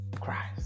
christ